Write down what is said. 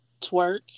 Twerk